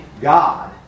God